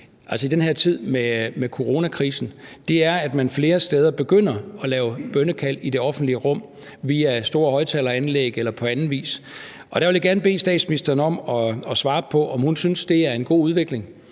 kan se i den her tid med coronakrisen, er, at man flere steder begynder at lave bønnekald i det offentlige rum via store højtaleranlæg eller på anden vis, og der vil jeg gerne bede statsministeren om at svare på, om hun synes, det er en god udvikling,